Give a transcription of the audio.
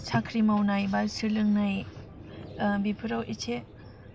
साख्रि मावनाय बा सोलोंनाय बिफोराव एसे